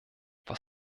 was